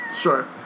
Sure